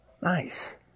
nice